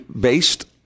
based